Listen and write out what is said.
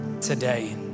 today